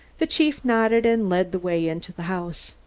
the chief nodded, and led the way into the house.